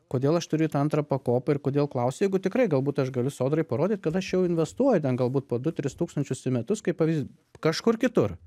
kodėl aš turiu į tą antrą pakopą ir kodėl klausia jeigu tikrai galbūt aš galiu sodrai parodyt kad aš jau investuoju ten galbūt po du tris tūkstančius į metus kaip pavyzdys kažkur kitur